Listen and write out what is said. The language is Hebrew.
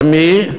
למי?